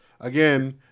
again